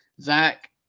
Zach